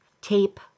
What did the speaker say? tape